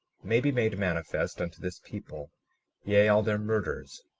may be made manifest unto this people yea, all their murders,